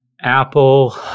Apple